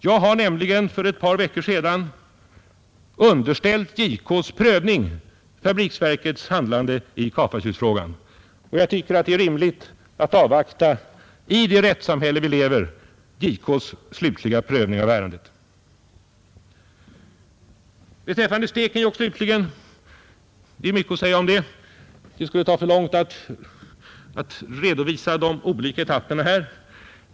Jag har nämligen för ett par veckor sedan underställt JK:s prövning fabriksverkets handlande i Ka-Fa Kyl-frågan, och jag tycker att det är rimligt att i det rättssamhälle som vi lever i avvakta JK:s slutliga prövning av ärendet. Beträffande Stekenjokk slutligen är det mycket att säga om det, men det skulle ta för lång tid att redovisa de olika etapperna.